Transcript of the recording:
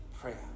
Prayer